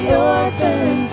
orphan